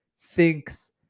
thinks